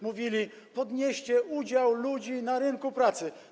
Mówili: podnieście udział ludzi w rynku pracy.